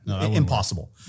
Impossible